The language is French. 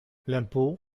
l’impôt